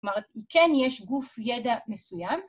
כלומר, כן יש גוף ידע מסוים